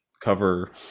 cover